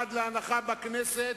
עד להנחה בכנסת,